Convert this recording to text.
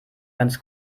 ganz